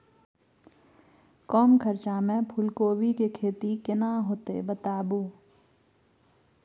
कम खर्चा में फूलकोबी के खेती केना होते बताबू?